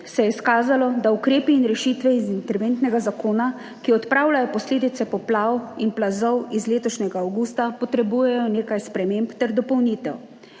se je izkazalo, da ukrepi in rešitve iz interventnega zakona, ki odpravljajo posledice poplav in plazov iz letošnjega avgusta potrebujejo nekaj sprememb ter dopolnitev.